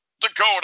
Dakota